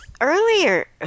Earlier